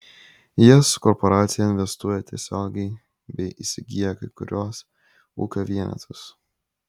į jas korporacija investuoja tiesiogiai bei įsigyja kai kuriuos ūkio vienetus